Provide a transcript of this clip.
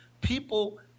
people